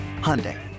Hyundai